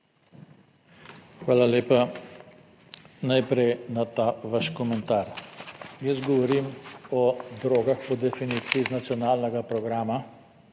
Hvala lepa. Najprej na ta vaš komentar. Jaz govorim o drogah po definiciji iz nacionalnega programa,